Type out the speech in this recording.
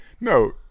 No